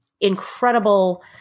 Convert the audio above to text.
incredible